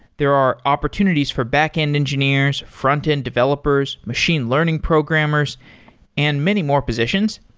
there are opportunities for backend engineers, frontend developers, machine learning programmers and many more positions.